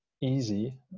easy